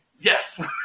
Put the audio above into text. Yes